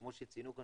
כמו שציינו כאן,